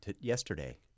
yesterday